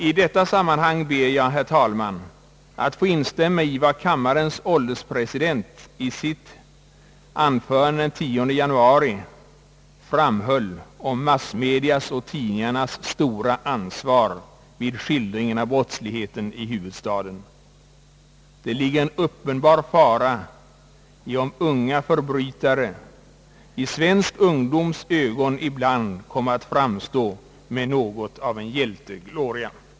I detta sammanhang ber jag, herr talman, att få instämma i vad kammarens ålderspresident i sitt anförande den 10 januari framhöll om massmedias och tidningarnas stora ansvar vid skildringen av brottsligheten i huvudstaden. Det ligger en uppenbar fara i att unga förbrytare ibland kanske kommer att i svensk ungdoms ögon framstå med något av en hjältegloria kring sig.